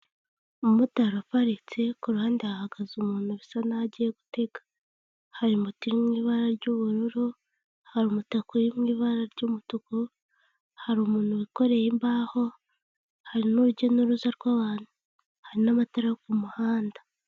Umumotari aparitse ku ruhande ahagaze umuntu usa naho agiye gutega. Hari moto iri mu ibara ry'ubururu, hari umutaka uri mu ibara ry'umutuku, hari umuntu wikoreye imbaho, hari n'urujya n'uruza rw'abantu hari n'amatara yo ku muhanda.